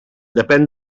depèn